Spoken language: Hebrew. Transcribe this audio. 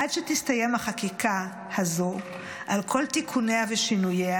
עד שתסתיים החקיקה הזו על כל תיקוניה ושינויה,